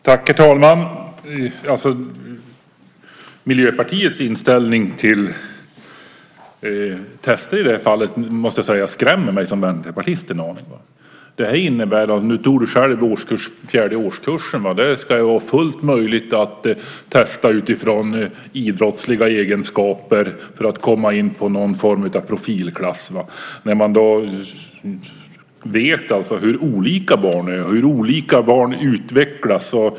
Herr talman! Miljöpartiets inställning till tester i det här fallet måste jag säga skrämmer mig som vänsterpartist en aning. Nu nämnde du själv fjärde årskursen. Det ska vara fullt möjligt att testa utifrån idrottsliga egenskaper för att komma in i någon form av profilklass. Men vi vet ju hur olika barn är, hur olika barn utvecklas.